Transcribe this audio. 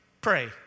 pray